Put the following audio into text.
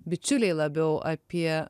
bičiuliai labiau apie